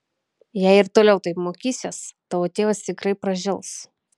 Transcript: jei ir toliau taip mokysies tavo tėvas tikrai pražils